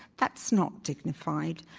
that's not dignified.